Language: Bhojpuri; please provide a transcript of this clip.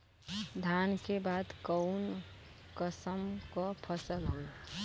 धान के बाद कऊन कसमक फसल होई?